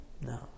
no